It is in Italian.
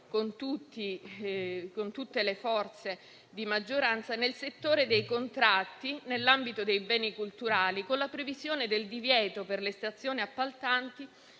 con tutte le forze di maggioranza, nel settore dei contratti nell'ambito dei beni culturali, con la previsione del divieto per le stazioni appaltanti